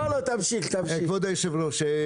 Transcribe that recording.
כבוד היושב-ראש,